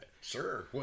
Sure